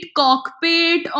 cockpit